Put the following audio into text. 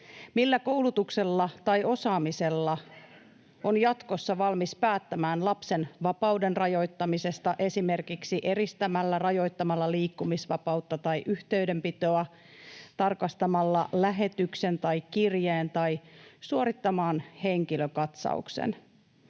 millä koulutuksella tai osaamisella on jatkossa valmis päättämään lapsen vapauden rajoittamisesta esimerkiksi eristämällä, rajoittamalla liikkumisvapautta tai yhteydenpitoa, tarkastamalla lähetyksen tai kirjeen tai suorittamalla henkilökatsauksen,